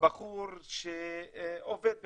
בחור שעובד בחנות,